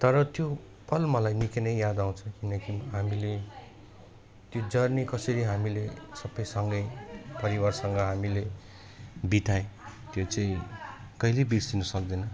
तर त्यो पल मलाई निकै नै याद आउँछ किनकि हामीले त्यो जर्नी कसरी हामीले सबै सँगै परिवारसँग हामीले बिताएँ त्यो चाहिँ कहिले बिर्सिनु सक्दैन